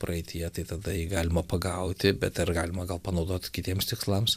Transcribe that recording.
praeityje tai tada jį galima pagauti bet ar galima gal panaudot kitiems tikslams